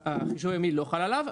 החישוב היומי לא חל עליו,